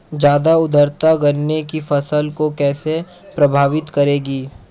ज़्यादा आर्द्रता गन्ने की फसल को कैसे प्रभावित करेगी?